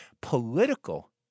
political